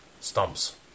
stumps